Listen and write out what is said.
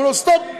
אומרים לו: סטופ,